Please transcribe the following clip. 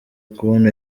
kubona